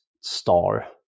star